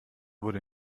wurde